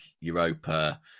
Europa